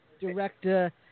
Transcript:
director